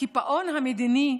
הקיפאון המדיני,